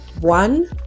one